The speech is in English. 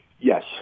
Yes